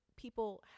people